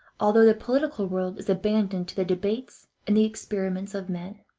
although the political world is abandoned to the debates and the experiments of men.